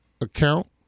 account